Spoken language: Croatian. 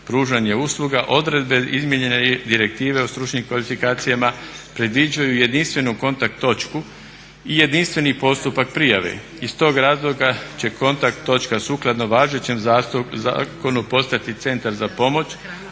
pružanje usluga odredbe izmijenjene direktive o stručnim kvalifikacijama predviđaju jedinstvenu kontakt točku i jedinstveni postupak prijave. Iz tog razloga će kontakt točka sukladno važećem zakonu postati centar za pomoć